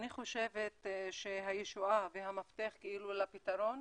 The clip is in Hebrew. אני חושבת שהישועה והמפתח לפתרון